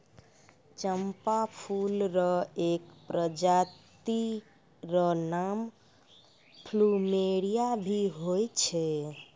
चंपा फूल र एक प्रजाति र नाम प्लूमेरिया भी होय छै